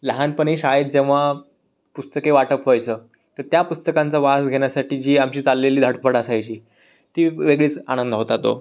लहानपणी शाळेत जेव्हा पुस्तके वाटप व्हायचं तर त्या पुस्तकांचा वास घेण्यासाठी जी आमची चाललेली धडपड असायची ती वेगळीच आनंद होता तो